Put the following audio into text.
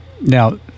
Now